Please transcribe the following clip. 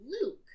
Luke